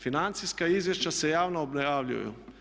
Financijska izvješća se javno objavljuju.